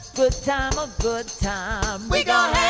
so so um a good time we got